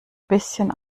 bisschen